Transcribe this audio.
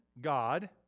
God